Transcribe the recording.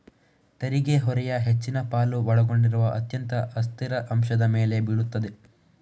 ತೆರಿಗೆ ಹೊರೆಯ ಹೆಚ್ಚಿನ ಪಾಲು ಒಳಗೊಂಡಿರುವ ಅತ್ಯಂತ ಅಸ್ಥಿರ ಅಂಶದ ಮೇಲೆ ಬೀಳುತ್ತದೆ